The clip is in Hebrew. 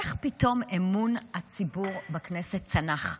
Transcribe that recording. איך פתאום אמון הציבור בכנסת צנח?